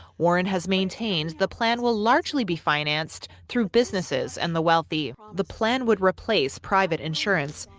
warren has maintained the plan will largely be financed through businesses and the wealthy. the plan would replace private insurance,